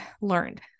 learned